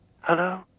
Hello